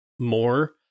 More